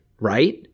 right